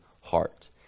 heart